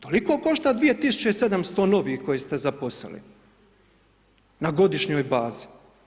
Toliko košta 2700 novih koje ste zaposlili, na godišnjoj bazi.